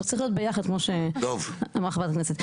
זה צריך להיות ביחד, כמו שאמרה חברת הכנסת.